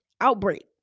outbreak